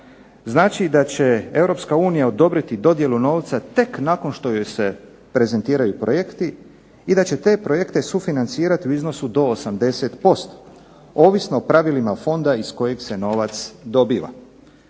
unija odobriti dodjelu novca tek nakon što joj se prezentiraju projekti i da će te projekte sufinancirati u iznosu do 80%, ovisno o pravilima fonda iz kojeg se novac dobiva.